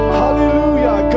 hallelujah